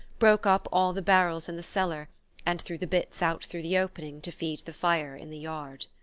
broke up all the barrels in the cellar and threw the bits out through the opening to feed the fire in the yard.